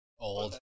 old